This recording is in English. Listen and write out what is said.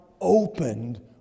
opened